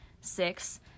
six